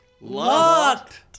Locked